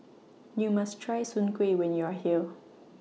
YOU must Try Soon Kueh when YOU Are here